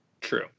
True